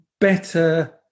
better